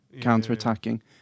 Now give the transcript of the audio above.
counter-attacking